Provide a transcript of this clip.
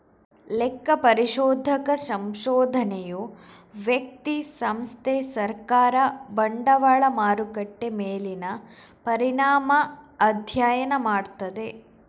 ಲೆಕ್ಕ ಪರಿಶೋಧಕ ಸಂಶೋಧನೆಯು ವ್ಯಕ್ತಿ, ಸಂಸ್ಥೆ, ಸರ್ಕಾರ, ಬಂಡವಾಳ ಮಾರುಕಟ್ಟೆ ಮೇಲಿನ ಪರಿಣಾಮ ಅಧ್ಯಯನ ಮಾಡ್ತದೆ